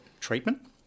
treatment